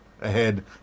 ahead